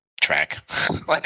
Track